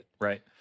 Right